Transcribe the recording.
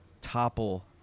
topple